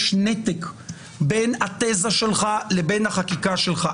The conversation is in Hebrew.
יש נתק בין התזה שלך לבין החקיקה שלך,